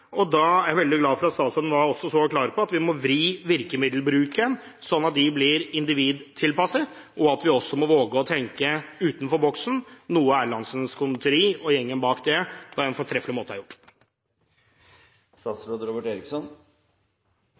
og da er jeg veldig glad for at statsråden var så klar på at vi må vri virkemiddelbruken sånn at de blir individtilpasset, og at vi også må våge å tenke utenfor boksen, noe Erlandsens Conditori og gjengen bak det på en fortreffelig måte har gjort. Jeg er